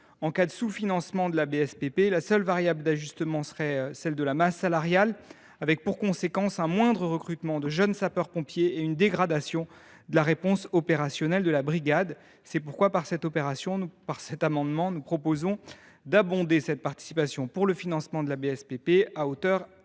En cas de sous financement de la BSPP, la seule variable d’ajustement serait celle de la masse salariale, avec pour conséquences un moindre recrutement de jeunes sapeurs pompiers et une dégradation de la réponse opérationnelle de la brigade. C’est pourquoi, par cet amendement, nous proposons d’abonder cette participation pour le financement de la BSPP à hauteur de